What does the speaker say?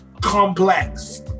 complex